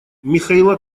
михаила